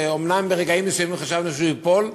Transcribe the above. שאומנם ברגעים מסוימים חשבנו שהוא ייפול,